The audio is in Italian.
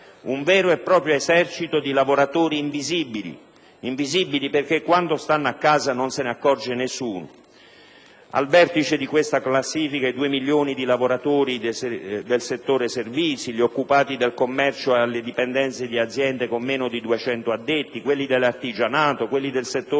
un vero e proprio esercito di lavoratori invisibili perché, quando stanno a casa, non se ne accorge nessuno. Al vertice di questa classifica, vi sono i due milioni di lavoratori del settore dei servizi, gli occupati del commercio alle dipendenze di aziende con meno di 200 addetti, quelli dell'artigianato, quelli del settore delle